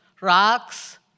rocks